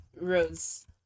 Rose